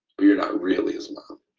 but you're not really his mom.